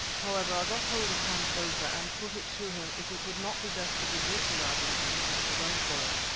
however, i got hold of hans botha and put it to him if it would not be best to desert the waggons and make a run for it.